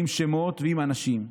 עם שמות ועם אנשים.